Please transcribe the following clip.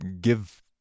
Give